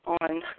on